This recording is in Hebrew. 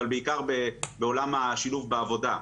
אבל בעיקר בעולם השילוב בעבודה.